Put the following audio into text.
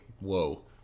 Whoa